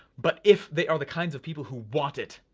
but if they are the kinds of people who want it,